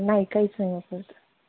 नाही काहीच नाही वापरत